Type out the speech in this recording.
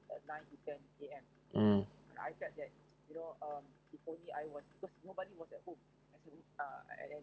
mm